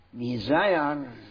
desire